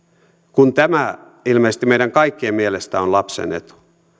kun tämä ilmeisesti meidän kaikkien mielestä on lapsen etu